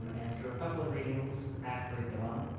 um and through a couple of readings, at curriculum.